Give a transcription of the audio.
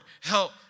help